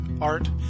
art